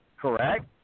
Correct